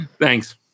thanks